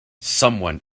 someone